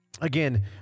Again